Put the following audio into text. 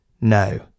No